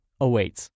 awaits